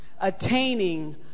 Attaining